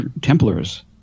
Templars